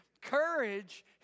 Courage